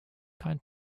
kein